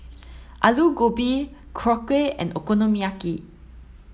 Alu Gobi Korokke and Okonomiyaki